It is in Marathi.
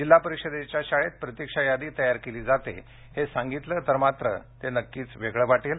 जिल्हा परिषदेच्या शाळेत प्रतीक्षा यादी तयार केली जाते हे सांगितलं तर मात्र ते नक्कीच वेगळं वाटेल